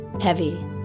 heavy